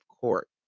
court